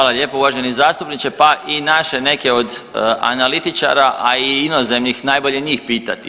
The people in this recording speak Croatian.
Hvala lijepa uvaženi zastupniče, pa i naše neke od analitičara, a i inozemnih najbolje njih pitati.